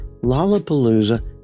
Lollapalooza